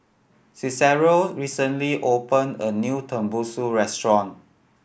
Cicero recently open a new Tenmusu Restaurant